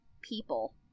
people